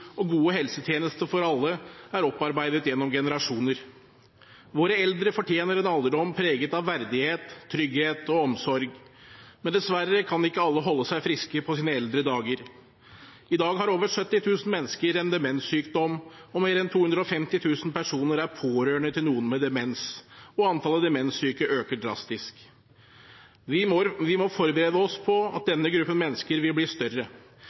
og gode helsetjenester for alle er opparbeidet gjennom generasjoner. Våre eldre fortjener en alderdom preget av verdighet, trygghet og omsorg. Men dessverre kan ikke alle holde seg friske på sine eldre dager: I dag har over 70 000 mennesker en demenssykdom, og mer enn 250 000 personer er pårørende til noen med demens. Antallet demenssyke øker drastisk. Vi må forberede oss på at denne gruppen mennesker vil bli større.